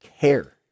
care